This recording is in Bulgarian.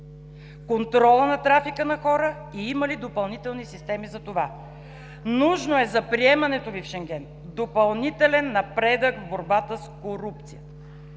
контрола на трафика на хора и има ли допълнителни системи за това. Нужно е за приемането Ви в Шенген допълнителен напредък в борбата с корупцията